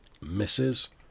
Misses